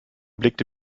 blickte